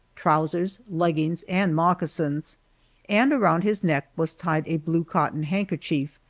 trousers, leggings, and moccasins and around his neck was tied a blue cotton handkerchief,